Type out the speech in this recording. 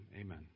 Amen